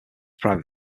private